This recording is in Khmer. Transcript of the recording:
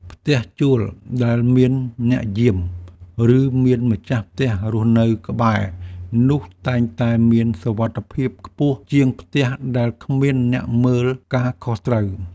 ផ្ទះជួលដែលមានអ្នកយាម ឬមានម្ចាស់ផ្ទះរស់នៅក្បែរនោះតែងតែមានសុវត្ថិភាពខ្ពស់ជាងផ្ទះដែលគ្មានអ្នកមើលការខុសត្រូវ។